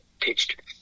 pitched